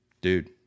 Dude